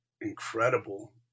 incredible